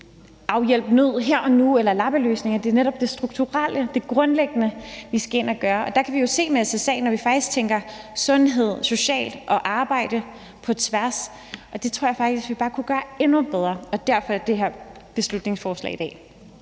afhjælpe nød her og nu eller lappeløsninger. Det er netop det strukturelle og det grundlæggende, vi skal ind at gøre. Der kan vi jo se med SSA'en, at vi faktisk tænker sundhed, det sociale og arbejde på tværs, og det tror jeg faktisk vi bare kunne gøre endnu bedre. Derfor det her beslutningsforslag i dag.